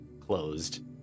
closed